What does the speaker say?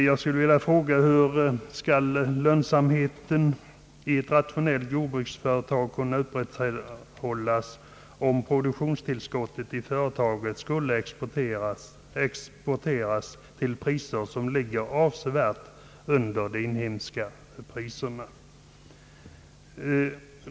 Jag skulle vilja fråga hur lönsamheten i ett rationellt jordbruksföretag skall kunna upprätthållas om produktionstillskott i företaget skulle exporteras till priser som ligger avsevärt under de inhemska priserna.